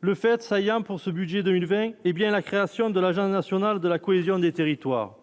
le fait saillant pour ce budget 2020, hé bien la création de l'Agence nationale de la cohésion des territoires